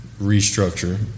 restructure